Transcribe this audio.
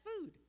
food